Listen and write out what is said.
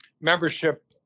membership